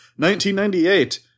1998